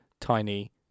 tiny